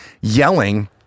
yelling